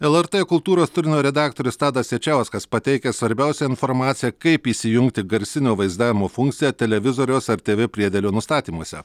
lrt kultūros turinio redaktorius tadas jačiauskas pateikia svarbiausią informaciją kaip įsijungti garsinio vaizdavimo funkciją televizoriaus ar tv priedėlio nustatymuose